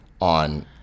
on